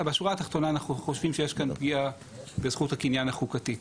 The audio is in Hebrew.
בשורה התחתונה אנחנו חושבים שיש כאן פגיעה בזכות הקניין החוקתית.